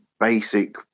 basic